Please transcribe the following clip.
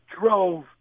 drove